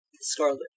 scarlet